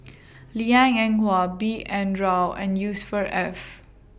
Liang Eng Hwa B N Rao and Ef